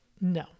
No